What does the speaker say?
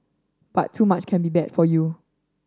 but too much can be bad for you